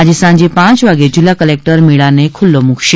આજે સાંજે પાંચ વાગે જિલ્લા કલેકટર મેળાને ખુલ્લો મુકશે